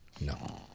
No